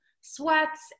sweats